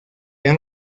han